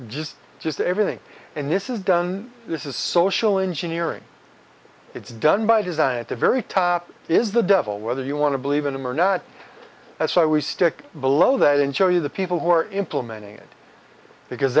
just just everything and this is done this is social engineering it's done by design at the very top is the devil whether you want to believe in him or not that's why we stick below that and show you the people who are implementing it because